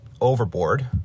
overboard